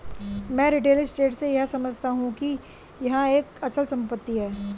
मैं real estate से यह समझता हूं कि यह एक अचल संपत्ति है